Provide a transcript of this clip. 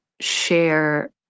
share